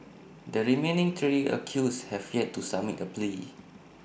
the remaining three accused have yet to submit A plea